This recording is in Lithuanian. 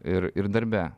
ir ir darbe